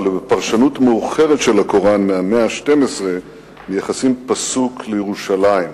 אבל בפרשנות מאוחרת של הקוראן מהמאה ה-12 מייחסים פסוק לירושלים.